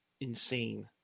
insane